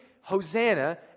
Hosanna